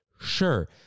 Sure